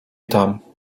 tam